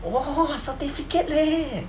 !wah! certificate leh